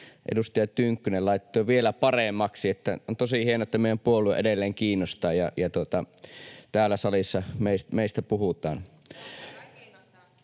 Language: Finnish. edustaja Tynkkynen laittoi vielä paremmaksi. On tosi hienoa, että meidän puolue edelleen kiinnostaa ja täällä salissa meistä puhutaan. [Jenna